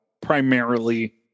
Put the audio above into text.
primarily